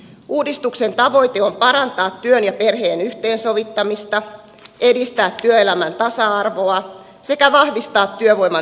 uudistuksen tavoite on parantaa työn ja perheen yhteensovittamista edistää työelämän tasa arvoa sekä vahvistaa työvoiman tarjontaa